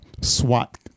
SWAT